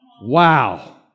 Wow